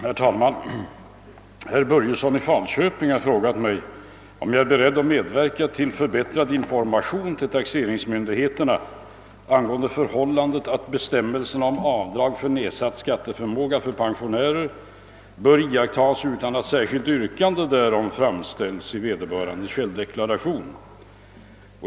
Herr talman! Herr Börjesson i Falköping har frågat mig om jag är beredd medverka till förbättrad information till taxeringsmyndigheterna angående förhållandet att bestämmelserna om avdrag för nedsatt skatteförmåga för pensionärer bör iakttagas utan att särskilt yrkande därom framställs i vederbörandes självdeklaration.